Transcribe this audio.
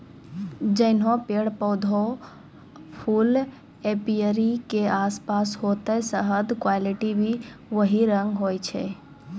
जैहनो पेड़, पौधा, फूल एपीयरी के आसपास होतै शहद के क्वालिटी भी वही रंग होय छै